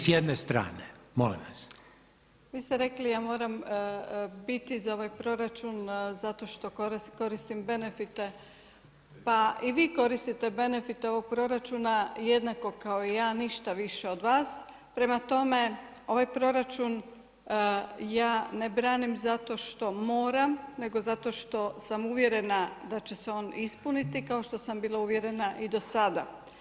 Vi kažete ja moram [[Upadica Reiner: Ne može se dobacivati iz klupa, nitko niti s jedne strane, molim vas.]] Vi ste rekli ja moram biti za ovaj proračun zato što koristim benefite, pa i vi koriste benefite ovog proračuna jednako kao i ja ništa više od vas, prema tome ovaj proračun ja ne branim zato što moram nego zato što sam uvjerena da će se on ispuniti kao što sam bila uvjerena i do sada.